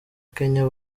kenya